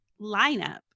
lineup